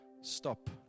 stop